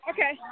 Okay